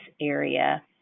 area